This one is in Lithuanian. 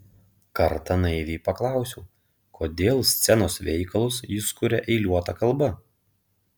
kartą naiviai paklausiau kodėl scenos veikalus jis kuria eiliuota kalba